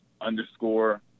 underscore